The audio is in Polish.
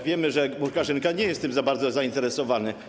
Wiemy, że Łukaszenka nie jest tym za bardzo zainteresowany.